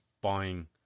buying